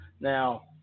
Now